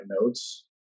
notes